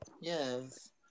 Yes